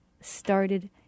started